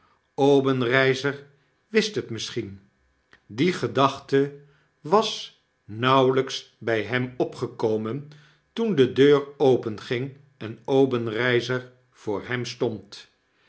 obenreizer wist het misschien die gedachte was nauwelijks by hem opgekomen toen de deur openging en obenreizer voor hem stond